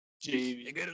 Jamie